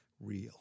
real